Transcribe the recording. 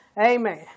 Amen